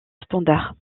standard